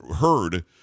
heard